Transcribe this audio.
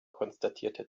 konstatierte